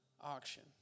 auction